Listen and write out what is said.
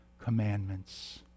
commandments